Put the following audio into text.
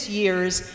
year's